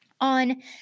On